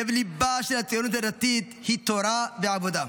לב-ליבה של הציונות הדתית הוא תורה ועבודה,